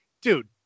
dude